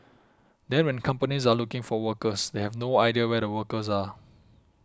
then when companies are looking for workers they have no idea where the workers are